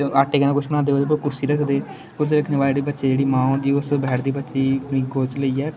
आटे कन्नै कुछ बनांदे ओह्दे उप्पर कुर्सी रक्खदे कुर्सी रक्खने बाद जेह्ड़ी बच्चे दी जेह्ड़ी मां होंदी ओह् उस पर बैठदी बच्चे गी अपनी गोद च लेइयै